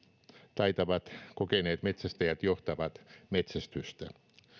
taitavat kokeneet metsästäjät johtavat metsästystä